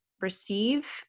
receive